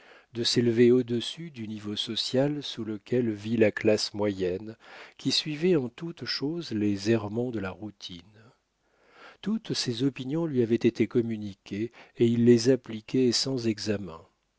de s'élever au-dessus du niveau social sous lequel vit la classe moyenne qui suivait en toute chose les errements de la routine toutes ses opinions lui avaient été communiquées et il les appliquait sans examen